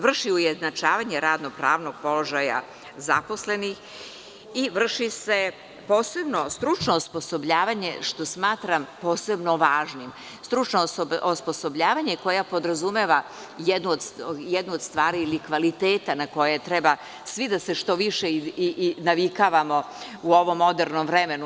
Vrši se ujednačavanje radno-pravnog položaja zaposlenih i vrši se posebno stručno osposobljavanje, što smatram posebno važnim, stručno osposobljavanje, koje podrazumeva jedno od stvari ili kvaliteta na koje treba svi da se što više navikavamo u ovom modernom vremenu.